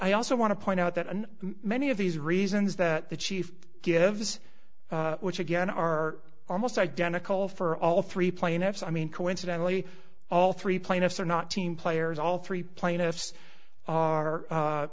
i also want to point out that and many of these reasons that the chief gives which again are almost identical for all three plaintiffs i mean coincidentally all three plaintiffs are not team players all three plain